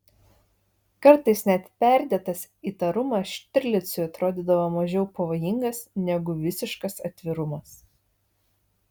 kartais net perdėtas įtarumas štirlicui atrodydavo mažiau pavojingas negu visiškas atvirumas